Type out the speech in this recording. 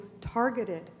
targeted